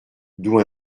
d’où